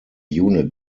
unit